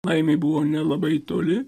laimei buvo nelabai toli